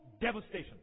devastation